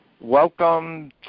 Welcome